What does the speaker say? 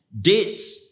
dates